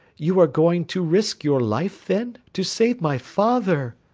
you are going to risk your life then, to save my father!